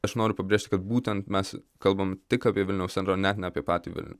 aš noriu pabrėžti kad būtent mes kalbam tik apie vilniaus centrą net ne apie patį vilnių